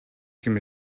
ким